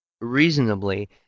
reasonably